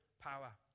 power